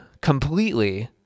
completely